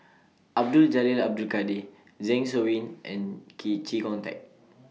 Abdul Jalil Abdul Kadir Zeng Shouyin and Key Chee Kong Tet